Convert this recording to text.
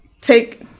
Take